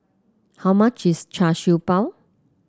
how much is Char Siew Bao